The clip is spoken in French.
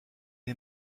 est